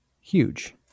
huge